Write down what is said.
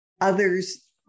others